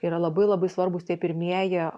yra labai labai svarbūs tie pirmieji